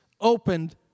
opened